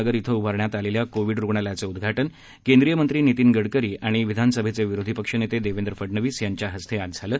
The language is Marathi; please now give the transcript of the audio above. नगर इथं उभारण्यात आलेल्या कोविड रुग्णालयाचं उद्घाटन केंद्रीय मंत्री नितीन गडकरी आणि विधानसभेचे विरोधी पक्ष नेते देवेंद्र फडनवीस यांच्या हस्ते आज झालं